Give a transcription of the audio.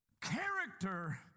character